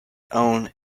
own